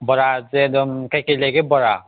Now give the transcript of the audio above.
ꯕꯣꯔꯥꯁꯦ ꯑꯗꯨꯝ ꯀꯩꯀꯩ ꯂꯩꯒꯦ ꯕꯣꯔꯥ